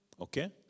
Okay